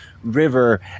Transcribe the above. River